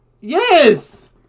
Yes